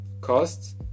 costs